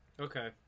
Okay